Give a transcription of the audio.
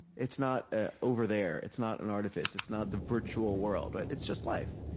it's not ah over there. it's not an artifice. it's not the virtual world. but it's just life.